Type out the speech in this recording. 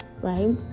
right